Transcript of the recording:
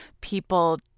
people